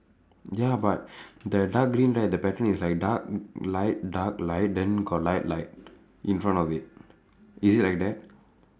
ya but the dark green right the pattern is like dark light dark light then got light light in front of it is it like that